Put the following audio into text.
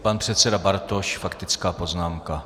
Pan předseda Bartoš, faktická poznámka.